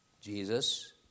Jesus